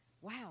wow